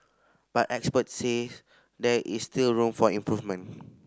but experts says there is still room for improvement